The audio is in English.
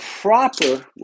proper